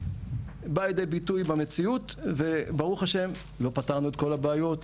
באה לידי ביטוי במציאות וברוך ה' לא פתרנו את כל הבעיות,